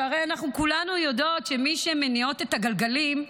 שהרי אנחנו כולנו יודעות שמי שמניעות את הגלגלים,